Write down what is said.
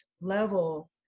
level